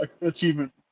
achievement